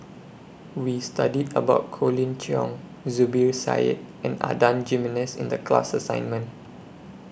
We studied about Colin Cheong Zubir Said and Adan Jimenez in The class assignment